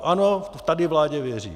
Ano, tady vládě věřím.